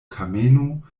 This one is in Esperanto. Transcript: kameno